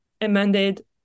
amended